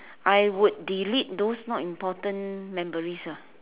I would delete those not important memories ah